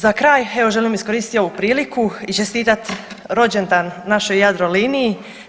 Za kraj evo želim iskoristiti ovu priliku i čestitat rođendan našoj Jadroliniji.